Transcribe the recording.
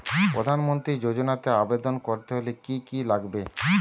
প্রধান মন্ত্রী যোজনাতে আবেদন করতে হলে কি কী লাগবে?